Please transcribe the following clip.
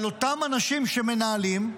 אבל אותם אנשים שמנהלים,